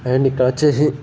and ఇక్కాడొచ్చేసి